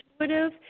intuitive